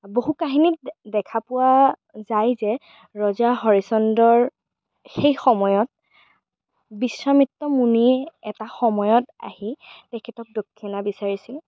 বহু কাহিনীত দেখা পোৱা যায় যে ৰজা হৰিশ্চন্দ্ৰৰ সেই সময়ত বিশ্বমিত্ৰ মুনিয়ে এটা সময়ত আহি তেখেতক দক্ষিণা বিচাৰিছিল